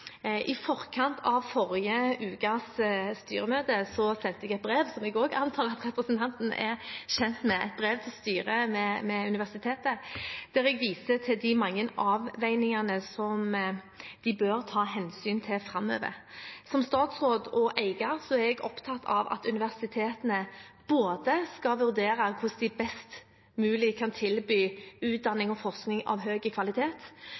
I forkant av forrige ukes styremøte sendte jeg et brev, som jeg også antar at representanten er kjent med, til styret ved universitetet, der jeg viste til de mange avveiningene som de bør ta hensyn til framover. Som statsråd og eier er jeg opptatt av at universitetene skal vurdere hvordan de best mulig kan tilby utdanning og forskning av høy kvalitet,